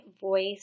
voice